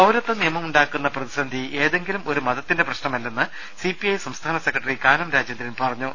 പൌരത്വനിയമം ഉണ്ടാക്കുന്ന പ്രതിസന്ധി ഏതെങ്കിലും ഒരു മതത്തിന്റെ പ്രശ്നമല്ലെന്ന് സി പി ഐ സംസ്ഥാന സെക്രട്ടറി കാനം രാജേന്ദ്രൻ പറഞ്ഞു